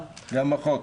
גם החוק.